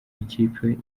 ikipe